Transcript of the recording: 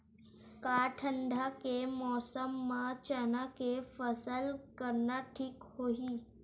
का ठंडा के मौसम म चना के फसल करना ठीक होही?